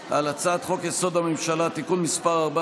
להצבעה על הצעת חוק-יסוד: הממשלה (תיקון מס' 14)